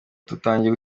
dutangiye